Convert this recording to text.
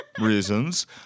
Reasons